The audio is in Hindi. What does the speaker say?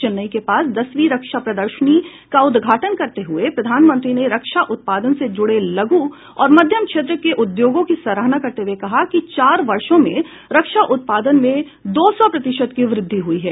चेन्नई के पास दसवीं रक्षा प्रदर्शनी का उद्घाटन करते हुए प्रधानमंत्री ने रक्षा उत्पादन से जुड़े लघु और मध्यम क्षेत्र के उद्योगों की सराहना करते हुए कहा कि चार वर्षों में रक्षा उत्पादन में दो सौ प्रतिशत की वृद्धि हुई है